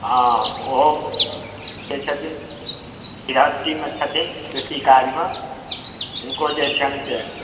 हॅं ओहो जे छथिन गृहस्थीमे छथिन कृषि कार्यमे हुनको जे छनि